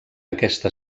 aquesta